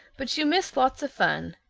but you miss lots of fun.